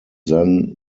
then